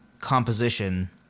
composition